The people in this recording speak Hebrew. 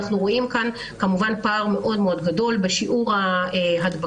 אנחנו רואים פער מאוד מאוד גדול בשיעור ההדבקה,